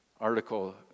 article